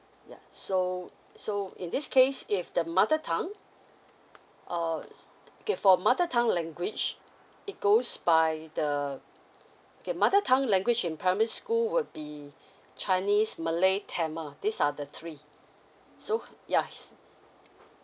yeah so so in this case if the mother tongue uh okay for mother tongue language it goes by the okay mother tongue language in primary school will be chinese malay tamil these are the three so yeah